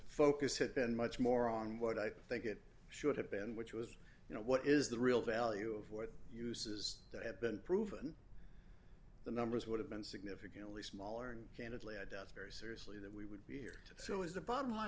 focus had been much more on what i think it should have been which was you know what is the real value of what uses that had been proven the numbers would have been significantly smaller and candidly i doubt very seriously that we would be here so is the bottom line